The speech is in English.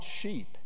sheep